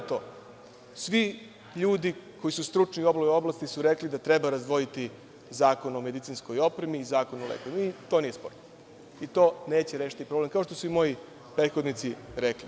Svi ljudi koji su stručni u ovoj oblasti su rekli da treba razdvojiti Zakon o medicinskoj opremi i Zakon o lekovima, i to nije sporno, ali to neće rešiti problem, kao što su moji prethodnici rekli.